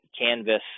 canvas